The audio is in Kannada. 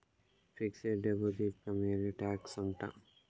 ಫಿಕ್ಸೆಡ್ ಡೆಪೋಸಿಟ್ ನ ಮೇಲೆ ಟ್ಯಾಕ್ಸ್ ಉಂಟಾ